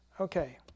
Okay